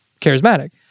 charismatic